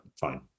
Fine